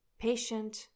Patient